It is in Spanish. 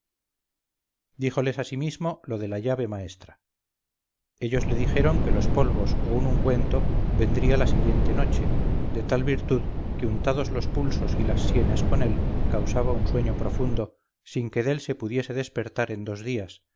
díjoles asimismo lo de la llave maestra ellos le dijeron que los polvos o un ungüento vendría la siguiente noche de tal virtud que untados los pulsos y las sienes con él causaba un sueño profundo sin que dél se pudiese despertar en dos días